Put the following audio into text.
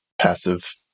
passive-